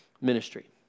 ministry